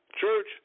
Church